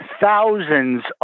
thousands